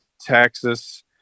Texas